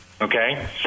okay